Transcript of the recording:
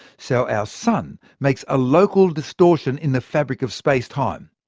so our sun makes a local distortion in the fabric of space-time.